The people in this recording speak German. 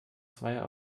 zweier